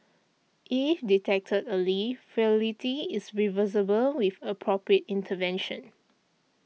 if detected early frailty is reversible with appropriate intervention